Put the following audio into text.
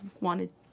wanted